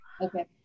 Okay